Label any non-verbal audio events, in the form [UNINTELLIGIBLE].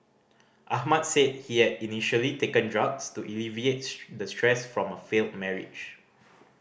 Ahmad said he had initially taken drugs to alleviate [UNINTELLIGIBLE] the stress from a failed marriage